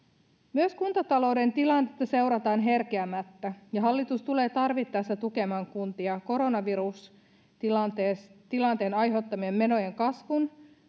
myös kuntatalouden tilannetta seurataan herkeämättä ja hallitus tulee tarvittaessa tukemaan kuntia koronavirustilanteen aiheuttamien menojen kasvun